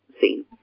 seen